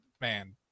man